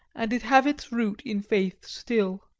and it have its root in faith still.